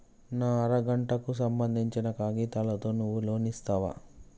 నా అర గంటకు సంబందించిన కాగితాలతో నువ్వు లోన్ ఇస్తవా?